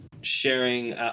sharing